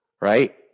right